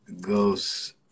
Ghosts